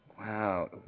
Wow